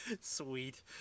Sweet